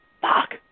fuck